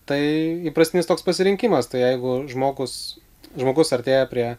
tai įprastinis toks pasirinkimas tai jeigu žmogus žmogus artėja prie